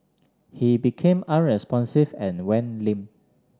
he became unresponsive and went limp